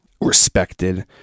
respected